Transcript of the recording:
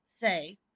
say